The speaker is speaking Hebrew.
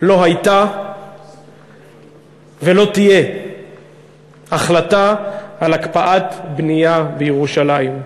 לא הייתה ולא תהיה החלטה על הקפאת בנייה בירושלים.